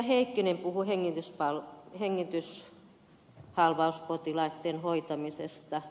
heikkinen puhui hengityshalvauspotilaitten hoitamisesta